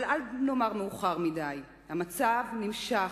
אבל אל נאמר: מאוחר מדי, המצב נמשך,